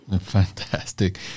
Fantastic